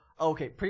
Okay